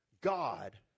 God